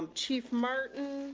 um chief martin,